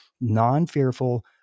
non-fearful